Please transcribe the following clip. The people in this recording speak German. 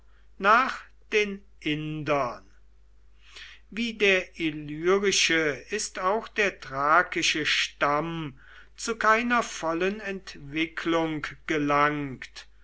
nach den indern wie der illyrische ist auch der thrakische stamm zu keiner vollen entwicklung gelangt